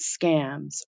scams